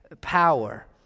power